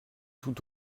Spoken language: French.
tout